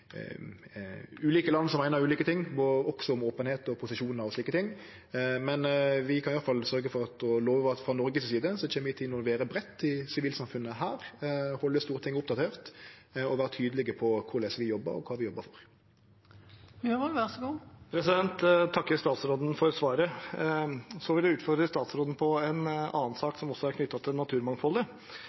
ulike land som meiner ulike ting, også om openheit og posisjoner og slike ting. Men vi kan iallfall sørgje for og love at frå Noreg si side kjem vi til å involvere breitt i sivilsamfunnet her, halde Stortinget oppdatert og vere tydelege på korleis vi jobbar, og kva vi jobbar for. Jeg takker statsråden for svaret. Jeg vil utfordre statsråden på en annen sak, som også er knyttet til